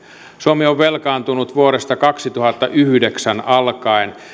suomi on velkaantunut vuodesta kaksituhattayhdeksän alkaen